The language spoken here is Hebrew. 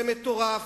זה מטורף,